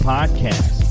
Podcast